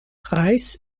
reis